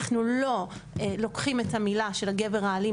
אנחנו לא לוקחים את המילה של הגבר האלים